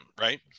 right